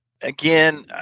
Again